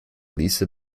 lisa